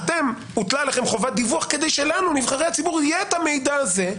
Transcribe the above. הוטלה עליכם חובת דיווח כדי שלנו נבחרי הציבור יהיה את המידע הזה,